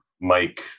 Mike